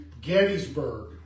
Gettysburg